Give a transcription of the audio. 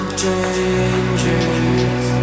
changes